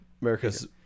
America's